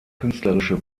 künstlerische